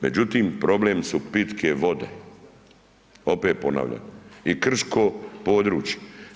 Međutim, problem su pitke vode, opet ponavljam, i krško područje.